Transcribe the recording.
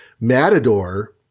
Matador